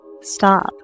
stop